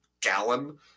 gallon